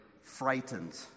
frightened